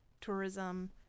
tourism